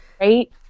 Right